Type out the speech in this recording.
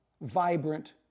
vibrant